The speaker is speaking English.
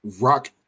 Rock